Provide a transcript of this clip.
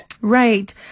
Right